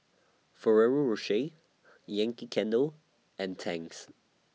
Ferrero Rocher Yankee Candle and Tangs